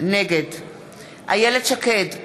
נגד איילת שקד,